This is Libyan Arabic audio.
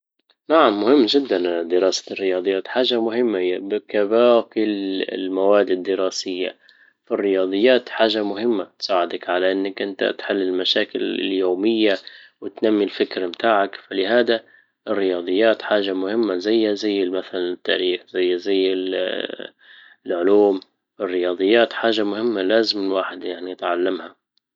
نعم مهم جدا دراسة الرياضيات حاجة مهمة هي بقـ- كباقي المواد الدراسية فالرياضيات حاجة مهمة تساعدك على انك انت تحل المشاكل اليومية وتنمي الفكر بتاعك فلهذا الرياضيات حاجة مهمة زيها زي المثل التاريخ زيها زي العلوم الرياضيات حاجة مهمة لازم الواحد يعني يتعلمها